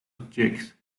jacques